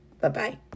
Bye-bye